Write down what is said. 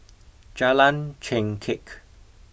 Jalan Chengkek